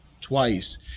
twice